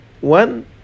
one